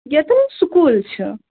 ییٚتن حظ سکوٗل چھُ